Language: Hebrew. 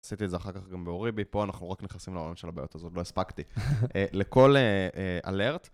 עשיתי את זה אחר כך גם באוריבי, פה אנחנו רק נכנסים לעולם של הבעיות אז עוד לא הספקתי. לכל אלרט.